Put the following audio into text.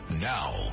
Now